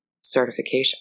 certification